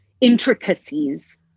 intricacies